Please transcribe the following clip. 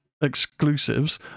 exclusives